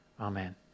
Amen